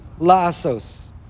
la'asos